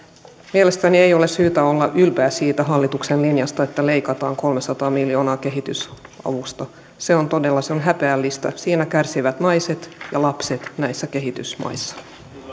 mielestäni ei ole syytä olla ylpeä siitä hallituksen linjasta että leikataan kolmesataa miljoonaa kehitysavusta se on todella häpeällistä siinä kärsivät naiset ja lapset näissä kehitysmaissa